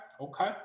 okay